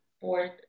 fourth